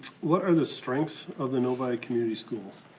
what are the strengths of the novi community schools?